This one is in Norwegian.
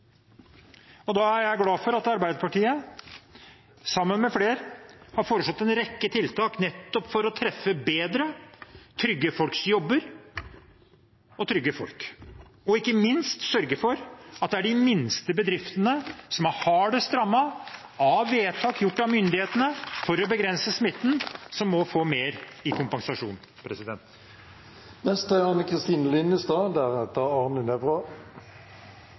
Da er jeg glad for at Arbeiderpartiet sammen med flere har foreslått en rekke tiltak nettopp for å treffe bedre, trygge folks jobber og trygge folk, og ikke minst sørge for at det er de minste bedriftene, som er hardest rammet av vedtak gjort av myndighetene for å begrense smitten, som må få mer i kompensasjon.